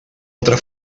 altra